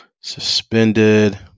suspended